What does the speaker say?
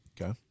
okay